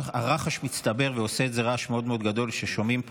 הרחש מצטבר ועושה את זה רעש מאוד מאוד גדול ששומעים פה,